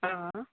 आसा